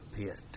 pit